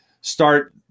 start